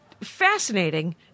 fascinating